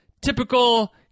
typical